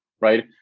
right